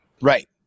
right